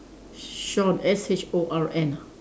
short S H O R N ah